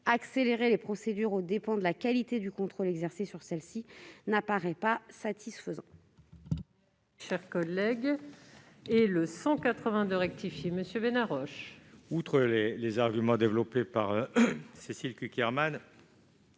Accélérer les procédures aux dépens de la qualité du contrôle exercé sur celles-ci n'apparaît pas satisfaisant.